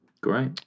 great